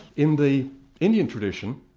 in the indian tradition,